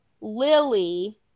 Lily